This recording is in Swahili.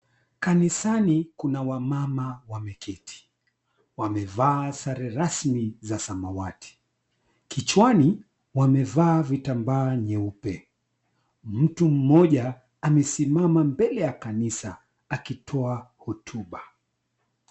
Kanisani kuna wamama wameketi. Wamevaa sare rasmi za samawati. Kichwani wamevaa vitambaa nyeupe. Mtu mmoja amesimama mbele ya kanisa akitoa hutuba.